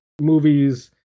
movies